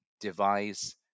devise